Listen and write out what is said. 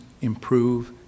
improve